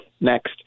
next